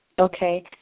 Okay